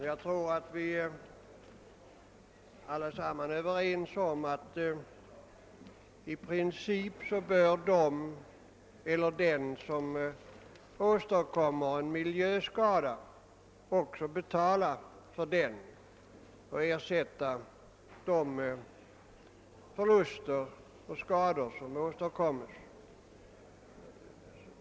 Herr talman! Vi torde alla vara överens om att den eller de som förorsakar en miljöskada i princip bör ersätta de kostnader och andra förluster som härigenom uppkommer.